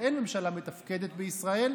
אין ממשלה מתפקדת בישראל,